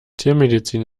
tiermedizin